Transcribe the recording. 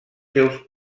seus